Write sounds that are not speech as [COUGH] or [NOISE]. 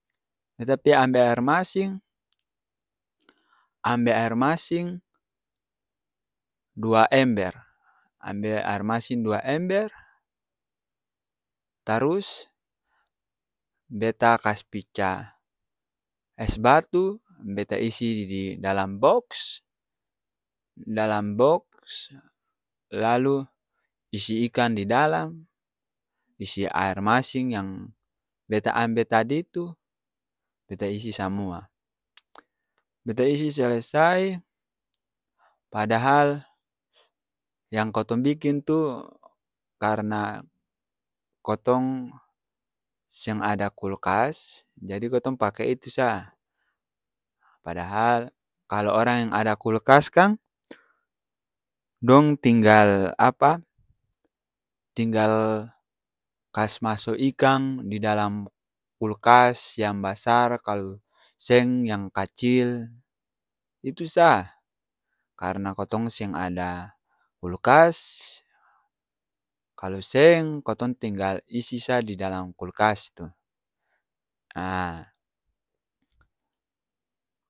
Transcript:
Beta pi ambe aer masing [NOISE] ambe air masing [NOISE] dua ember ambe air masing dua ember, tarus beta kas pica es batu beta isi di dalam bok's, dalam bok's lalu isi ikang di dalang, isi aer masing yang beta ambe tadi tu beta isi samua, beta isi selesai padahal yang kotong biking tu karna kotong seng ada kul'kas, jadi kotong pake itu sa, padahal kalo orang yang ada kul'kas kang dong tinggal apa? [HESITATION] tinggal kas maso ikang di dalam kul'kas yang basar kalu seng yang kacil itu sa karna kotong seng ada kul'kas, kalo seng kotong tinggal isi sa di dalang kul'kas tu aa.